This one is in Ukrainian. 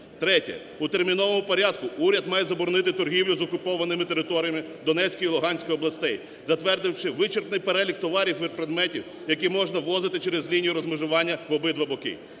Третє. У терміновому порядку уряд має заборонити торгівлю з окупованими територіями Донецької і Луганської областей, затвердивши вичерпний перелік товарів і предметів, які можна ввозити через лінію розмежування в обидва боки.